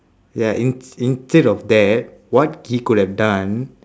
ya ins~ instead of that what he could have done